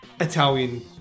Italian